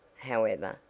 however,